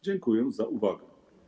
Dziękuję za uwagę.